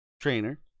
trainer